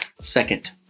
second